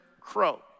crow